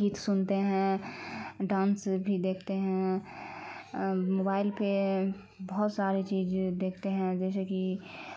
گیت سنتے ہیں ڈانس بھی دیکھتے ہیں موبائل پہ بہت ساری چیز دیکھتے ہیں جیسے کہ